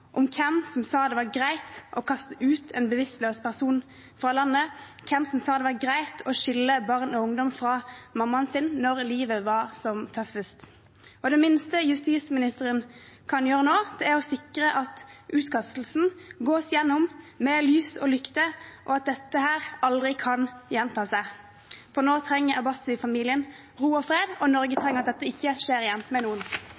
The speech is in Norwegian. landet, og hvem som sa det var greit å skille barn og ungdom fra mammaen sin når livet var som tøffest. Det minste justisministeren kan gjøre nå, er å sikre at utkastelsen gås gjennom med lys og lykte, slik at dette aldri kan gjenta seg. For nå trenger Abbasi-familien ro og fred, og Norge trenger at dette ikke skjer igjen med noen.